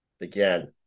again